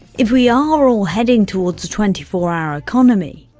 if we are all heading towards a twenty four hour economy,